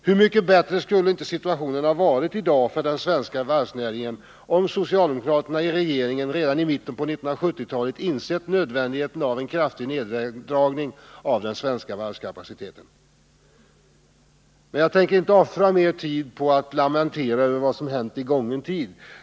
Hur mycket bättre skulle inte situationen ha varit i dag för den svenska varvsnäringen om socialdemokraterna i regeringen redan i mitten på 1970-talet insett nödvändigheten av en kraftig neddragning av den svenska varvskapaciteten. Men jag tänker inte offra mer tid på att lamentera över vad som har hänt i gången tid.